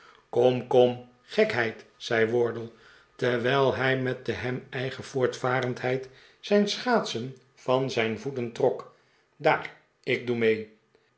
kom kom gekheid zei wardle terwijl hij met de hem eigen voortvarendheid zijn schaatsen van zijn voeten trok daar ik doe me